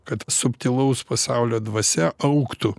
kad subtilaus pasaulio dvasia augtų